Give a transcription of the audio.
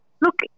look